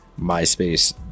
myspace